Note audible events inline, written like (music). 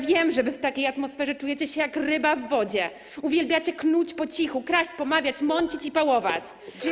Wiem, że wy w takiej atmosferze czujecie się jak ryba w wodzie, uwielbiacie knuć po cichu, kraść, pomawiać, mącić (noise) i pałować.